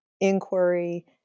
inquiry